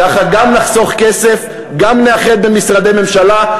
ככה גם נחסוך כסף, גם נאחד משרדי ממשלה.